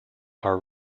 are